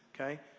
okay